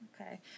Okay